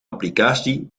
applicatie